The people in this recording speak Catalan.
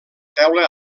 teula